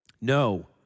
No